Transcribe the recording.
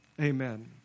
Amen